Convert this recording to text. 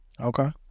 okay